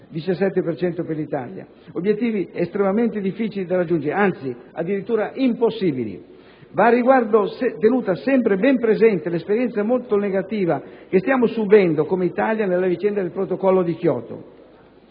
per l'Italia), obiettivi estremamente difficili da raggiungere se non addirittura impossibili. Al riguardo, va tenuta sempre ben presente l'esperienza molto negativa subita dall'Italia nella vicenda del Protocollo di Kyoto.